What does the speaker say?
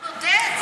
הוא נודד.